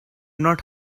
not